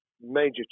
major